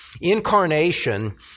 Incarnation